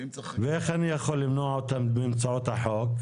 ואם צריך --- ואיך אני יכול למנוע אותם באמצעות החוק?